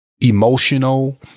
emotional